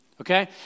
okay